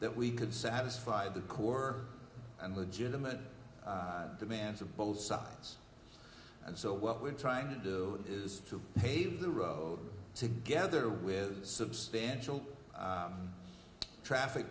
that we could satisfy the core and legitimate demands of both sides and so what we're trying to do is to pave the road together with substantial traffic